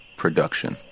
production